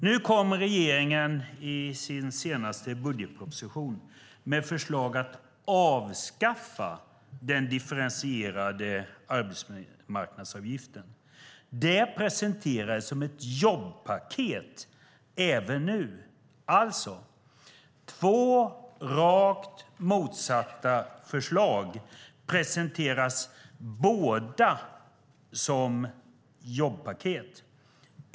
Nu kommer regeringen i sin senaste budgetproposition med förslaget att avskaffa den differentierade arbetsmarknadsavgiften. Det presenteras som ett jobbpaket även nu. Alltså: Två rakt motsatta förslag presenteras båda som jobbpaket.